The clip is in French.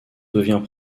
devient